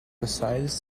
besides